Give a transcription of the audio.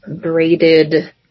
braided